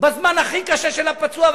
בזמן הכי קשה של הפצוע,